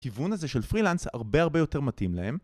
כיוון הזה של פרילנס הרבה הרבה יותר מתאים להם